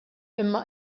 imma